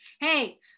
Hey